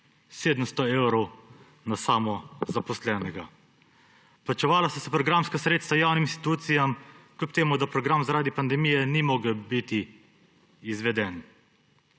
700 evrov na samozaposlenega. Plačevala so se programska sredstva javnim institucijam, kljub temu da program zaradi pandemije ni mogel biti izveden.